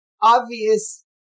obvious